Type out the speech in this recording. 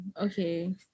Okay